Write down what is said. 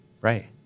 Right